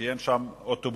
כי אין שם אוטובוסים,